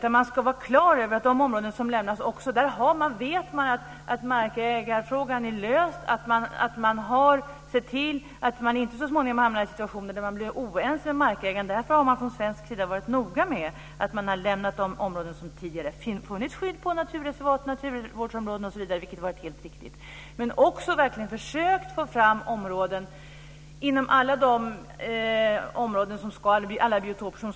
Man ska vara klar över att markägarfrågan är löst för de områden som lämnas. Man ska se till att man inte så småningom hamnar i situationer där man blir oense markägaren. Därför har man från svensk sida varit nog med att lämna de områden som det tidigare har funnits skydd för som naturreservat, naturvårdsområden osv., vilket har varit helt riktigt. Man har också försökt få fram områden inom alla biotoper som ska lämnas.